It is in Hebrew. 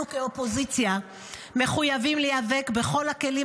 אנו כאופוזיציה מחויבים להיאבק בכל הכלים